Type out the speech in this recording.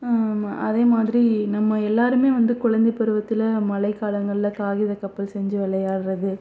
அதே மாதிரி நம்ம எல்லோருமே வந்து குழந்தை பருவத்தில் மழைக்காலங்களில் காகித கப்பல் செஞ்சு விளையாடுகிறது